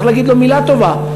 שצריך להגיד לו מילה טובה,